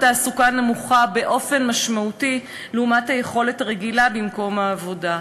תעסוקה נמוכה באופן משמעותי לעומת היכולת הרגילה במקום העבודה.